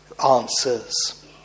answers